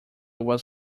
was